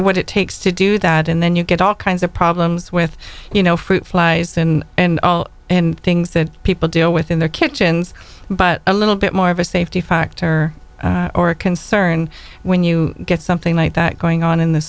what it takes to do that and then you get all kinds of problems with the i know fruit flies and all and things that people deal with in their kitchens but a little bit more of a safety factor or a concern when you get something like that going on in the